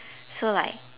so like